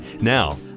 Now